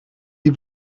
die